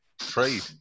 trade